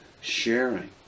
sharing